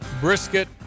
brisket